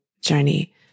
journey